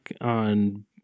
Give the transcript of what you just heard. on